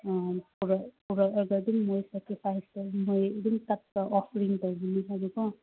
ꯄꯣꯔꯛꯑꯒ ꯑꯗꯨꯝ ꯃꯣꯏ ꯁꯦꯀ꯭ꯔꯤꯐꯥꯏꯁꯇꯣ ꯃꯣꯏ ꯑꯗꯨꯝ ꯀꯠꯄ ꯑꯣꯐꯔꯤꯡ ꯇꯧꯕꯅꯦ ꯍꯥꯏꯕꯀꯣ